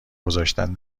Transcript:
گذاشتن